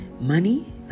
money